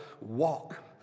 walk